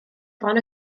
bron